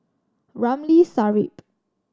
Ramli Sarip